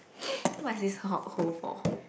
what's this h~ hole for